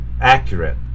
accurate